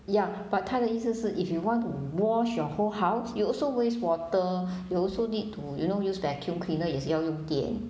ya but 他的意思是 if you want to wash your whole house you also waste water you also need to you know use vacuum cleaner 也是要用电